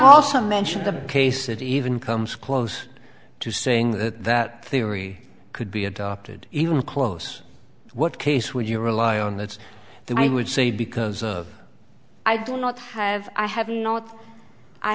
also mentioned the case it even comes close to saying that that theory could be adopted even close what case would you rely on that then i would say because i do not have i have not i